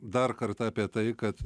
dar kartą apie tai kad